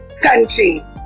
Country